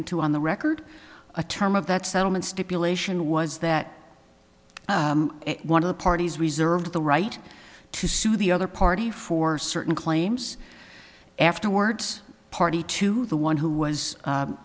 into on the record a term of that settlement stipulation was that one of the parties reserved the right to sue the other party for certain claims afterwards party to the one who was